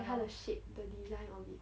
like 它的 shape the design of it